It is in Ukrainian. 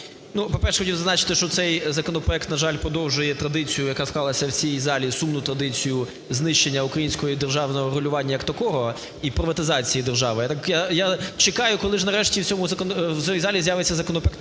по-перше, хотів зазначити, що цей законопроект, на жаль, подовжує традицію, яка склалася в цій залі, сумну традицію знищення українського державного регулювання як такого і приватизації держави. Я чекаю, коли ж нарешті в цьому залі з'явиться законопроект